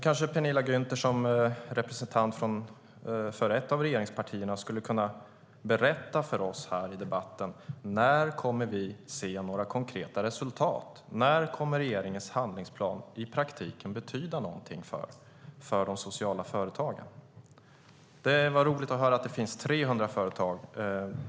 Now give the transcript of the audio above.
Kanske skulle Penilla Gunther som representant för ett av regeringspartierna kunna berätta för oss här i debatten när vi kommer att se några konkreta resultat. När kommer regeringens handlingsplan att i praktiken betyda något för de sociala företagen? Det var roligt att höra att det finns 300 företag.